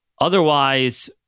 Otherwise